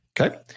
Okay